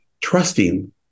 Trusting